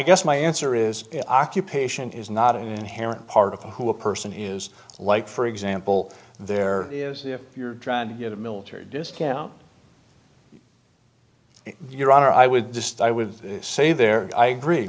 guess my answer is occupation is not an inherent part of the who a person is like for example there is if you're trying to get a military discount your honor i would just i would say there i agree